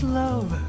love